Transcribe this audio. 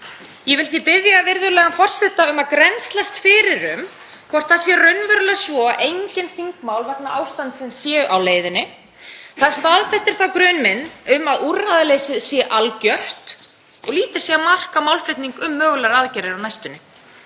Ég vil því biðja virðulegan forseta um að grennslast fyrir um hvort það sé raunverulega svo að engin þingmál vegna ástandsins séu á leiðinni. Það staðfestir þá grun minn um að úrræðaleysið sé algjört og lítið sé að marka málflutning um mögulegar aðgerðir á næstunni.